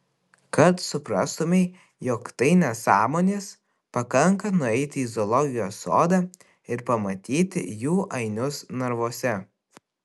kad suprastumei jog tai nesąmonės pakanka nueiti į zoologijos sodą ir pamatyti jų ainius narvuose